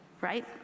right